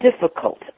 difficult